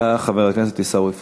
ואחריה, חבר הכנסת עיסאווי פריג'.